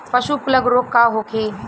पशु प्लग रोग का होखे?